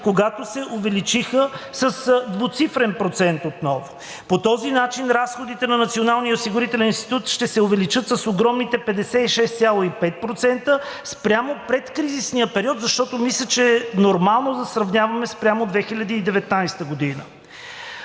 когато се увеличиха с двуцифрен процент отново. По този начин разходите на Националния осигурителен институт ще се увеличат с огромните 56,65% спрямо предкризисния период, защото мисля, че е нормално да сравняваме спрямо 2019 г.